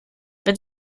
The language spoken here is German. wenn